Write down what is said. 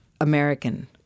American